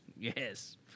yes